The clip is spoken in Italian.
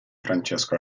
francesco